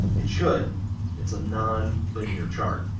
it should it's a non-linear chart.